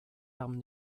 armes